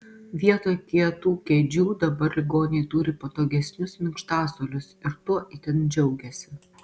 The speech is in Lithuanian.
vietoj kietų kėdžių dabar ligoniai turi patogesnius minkštasuolius ir tuo itin džiaugiasi